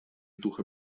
дух